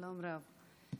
שלום רב.